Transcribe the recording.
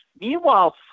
Meanwhile